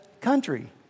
country